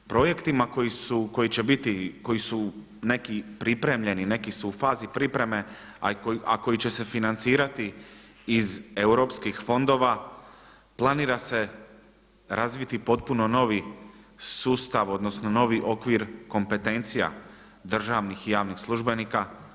Projektima koji će biti, koji su neki pripremljeni, neki su u fazi pripreme, a koji će se financirati iz europskih fondova planira se razviti potpuno novi sustav, odnosno novi okvir kompetencija državnih i javnih službenika.